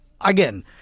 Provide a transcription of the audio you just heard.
again